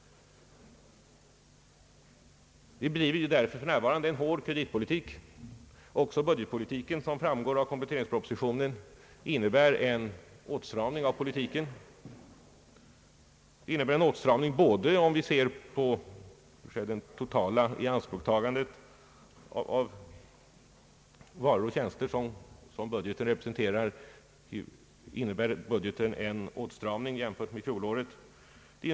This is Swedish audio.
Vi driver därför för närvarande en hård kreditpolitik. Också budgetpolitiken, som det framgår av kompletteringspropositionen, är utsatt för en åtstramning. Om vi ser på det totala ianspråktagande av varor och tjänster som budgeten representerar innebär den jämfört med fjolåret en åtstramning.